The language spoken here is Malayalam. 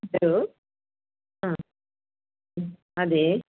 ഹലോ ആ അതെ